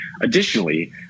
Additionally